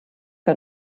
que